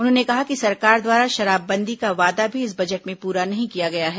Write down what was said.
उन्होंने कहा कि सरकार द्वारा शराबबंदी का वादा भी इस बजट में पूरा नहीं किया गया है